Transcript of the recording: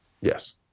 Yes